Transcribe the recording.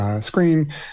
screen